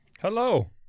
Hello